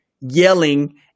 yelling